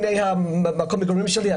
הנה מקום המגורים שלי,